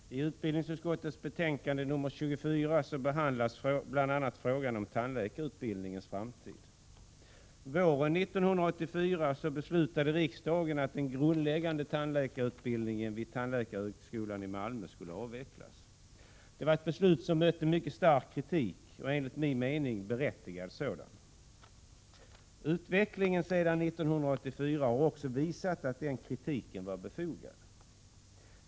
Herr talman! I utbildningsutskottets betänkande 24 behandlas bl.a. frågan om tandläkarutbildningens framtid. Våren 1984 beslöt riksdagen att den grundläggande tandläkarutbildningen vid tandläkarhögskolan i Malmö skulle avvecklas. Det var ett beslut som mötte stark kritik och enligt min mening berättigad sådan. Utvecklingen sedan 1984 har också visat att kritiken var befogad.